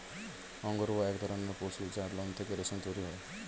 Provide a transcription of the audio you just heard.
অঙ্গরূহ এক ধরণের পশু যার লোম থেকে রেশম তৈরি হয়